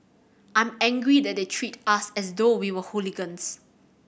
I'm angry that they treat us as though we were hooligans